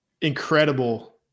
incredible